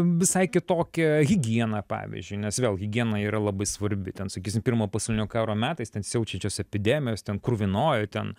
visai kitokią higieną pavyzdžiui nes vėl higiena yra labai svarbi ten sakysim pirmojo pasaulinio karo metais ten siaučiančios epidemijos ten kruvinoji ten